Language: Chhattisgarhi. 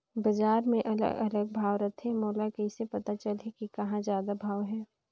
बजार मे अलग अलग भाव रथे, मोला कइसे पता चलही कि कहां जादा भाव हे?